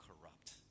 corrupt